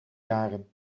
jaren